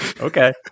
Okay